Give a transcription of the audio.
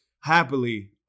happily